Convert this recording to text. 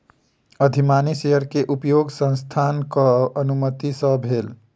अधिमानी शेयर के उपयोग संस्थानक अनुमति सॅ भेल